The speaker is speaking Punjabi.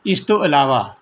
ਇਸ ਤੋਂ ਇਲਾਵਾ